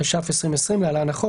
התש"ף-2020 (להלן החוק),